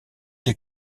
des